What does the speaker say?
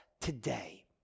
today